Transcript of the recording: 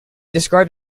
describes